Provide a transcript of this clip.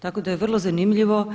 Tako da je vrlo zanimljivo